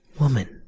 Woman